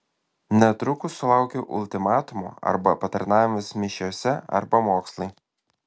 netrukus sulaukiau ultimatumo arba patarnavimas mišiose arba mokslai